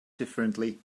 differently